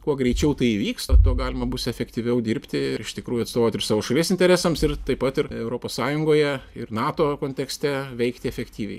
kuo greičiau tai įvyks tuo galima bus efektyviau dirbti ir iš tikrųjų atstovaut ir savo šalies interesams ir taip pat ir europos sąjungoje ir nato kontekste veikti efektyviai